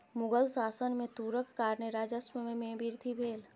मुग़ल शासन में तूरक कारणेँ राजस्व में वृद्धि भेल